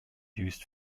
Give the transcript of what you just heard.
used